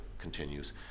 Continues